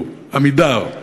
"עמידר"